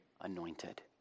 anointed